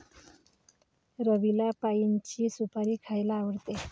रवीला पाइनची सुपारी खायला आवडते